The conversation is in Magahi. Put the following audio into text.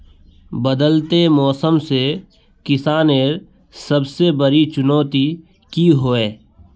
बदलते मौसम से किसानेर सबसे बड़ी चुनौती की होय?